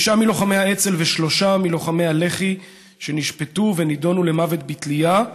תשעה מלוחמי האצ"ל ושלושה מלוחמי הלח"י שנשפטו ונידונו למוות בתלייה,